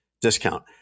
discount